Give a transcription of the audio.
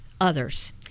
others